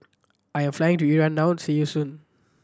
I'm flying to Iran now see you soon